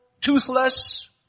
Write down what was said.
toothless